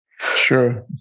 Sure